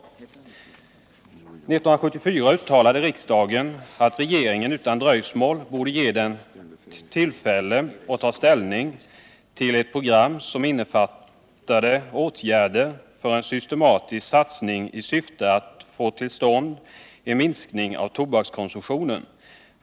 1974 uttalade riksdagen att regeringen utan dröjsmål borde ge riksdagen tillfälle att ta ställning till ett program som innefattade åtgärder för en systematisk satsning i syfte att få till stånd en minskning av tobakskonsumtionen.